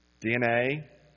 DNA